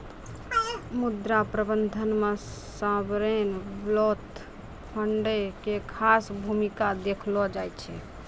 मुद्रा प्रबंधन मे सावरेन वेल्थ फंडो के खास भूमिका देखलो जाय छै